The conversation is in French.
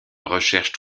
recherche